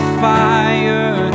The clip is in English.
fire